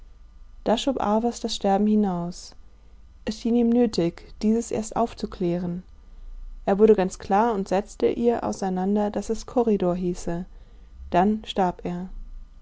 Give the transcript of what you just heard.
schob arvers das sterben hinaus es schien ihm nötig dieses erst aufzuklären er wurde ganz klar und setzte ihr auseinander daß es korridor hieße dann starb er